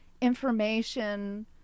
information